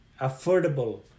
affordable